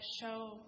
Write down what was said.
show